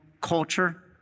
culture